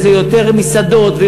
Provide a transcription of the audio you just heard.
וזה יותר מסעדות,